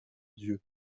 dieu